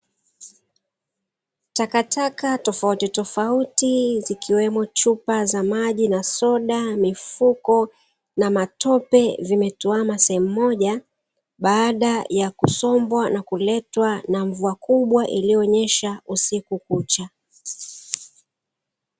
Takataka tofautitofauti zikiwemo chupa za maji na soda, mifuko na matope, vimetuama sehemu moja baada ya kusombwa na kuletwa na mvua kubwa iliyonyesha usiku kucha.